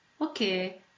okay